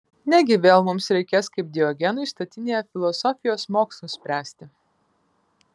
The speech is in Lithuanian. negi vėl mums reikės kaip diogenui statinėje filosofijos mokslus spręsti